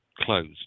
closed